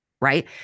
right